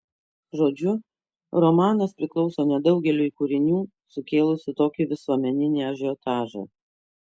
žodžiu romanas priklauso nedaugeliui kūrinių sukėlusių tokį visuomeninį ažiotažą